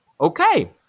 okay